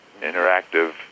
interactive